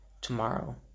tomorrow